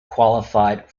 qualified